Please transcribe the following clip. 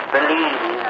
believe